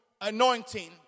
anointing